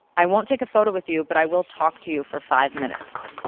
i won't take a photo with you but i will talk to you for five minutes.